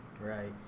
Right